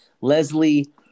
Leslie